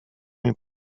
mnie